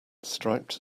striped